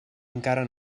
encara